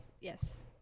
Yes